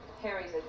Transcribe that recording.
Harry's